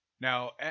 Now